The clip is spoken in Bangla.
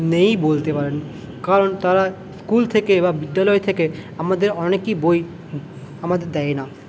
নেই বলতে পারেন কারণ তারা স্কুল থেকে বা বিদ্যালয় থেকে আমাদের অনেকই বই আমাদের দেয় না